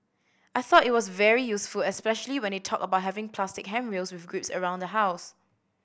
I thought it was very useful especially when they talked about having plastic handrails with grips around the house